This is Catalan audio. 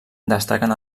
destaquen